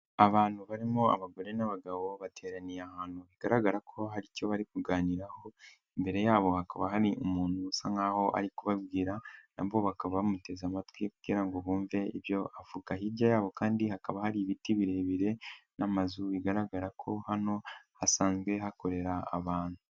Abantu barimo abagore n'abagabo bateraniye ahantu bigaragara ko hari icyo bari kuganiraho, imbere yabo hakaba hari umuntu usa nk'aho ari kubabwira, nabo bakaba bamuteze amatwi kugira ngo bumve ibyo avuga, hirya yabo kandi hakaba hari ibiti birebire n'amazu bigaragara ko hano hasanzwe hakorera abantu.